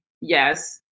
yes